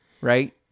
right